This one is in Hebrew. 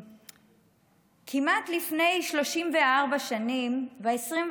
לפני 34 שנים כמעט,